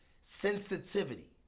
sensitivity